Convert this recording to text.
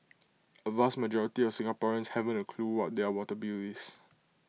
A vast majority of Singaporeans haven't A clue what their water bill is